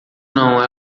não